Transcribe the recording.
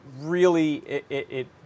really—it